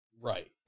Right